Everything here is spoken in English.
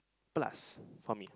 plus for me